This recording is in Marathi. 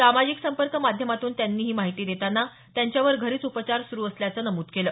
सामाजिक संपर्क माध्यमातून याची माहिती देताना त्यांनी त्यांच्यावर घरीच उपचार सुरू असल्याचं नमूद केलं